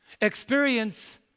experience